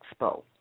Expo